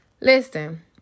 Listen